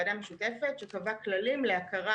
ועדה משותפת שקבעה כללים להכרה